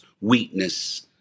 weakness